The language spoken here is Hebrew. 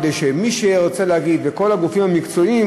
כדי שמי שירצה להגיב וכל הגופים המקצועיים,